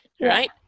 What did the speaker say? right